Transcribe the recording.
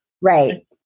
Right